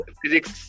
physics